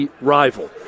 rival